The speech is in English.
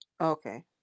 Okay